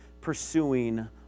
pursuing